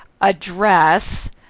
address